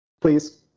Please